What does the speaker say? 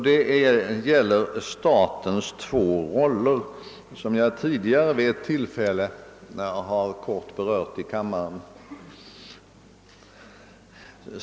Det gäller statens två roller som jag vid ett tidigare tillfälle i kammaren helt kort berört.